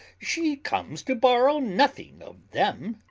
she comes to borrow nothing of them.